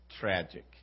tragic